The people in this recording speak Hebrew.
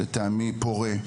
לטעמי דיאלוג פורה,